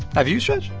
have you, stretch?